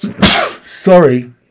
sorry